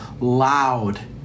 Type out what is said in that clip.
loud